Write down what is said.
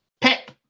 pep